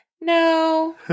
no